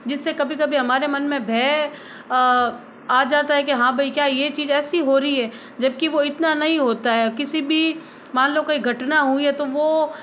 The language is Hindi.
जिससे कभी कभी हमारे मन में भय आ जाता है कि हाँ भई क्या ये चीज ऐसी हो रही है जबकि वो इतना नही होता है किसी भी मान लो कहीं घटना हुई है तो वो